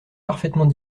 parfaitement